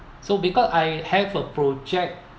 so because I have a project